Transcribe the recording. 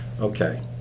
Okay